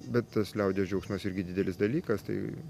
bet tas liaudies džiaugsmas irgi didelis dalykas tai